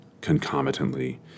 concomitantly